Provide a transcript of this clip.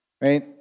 right